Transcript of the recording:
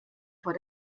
vor